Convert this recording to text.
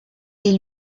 est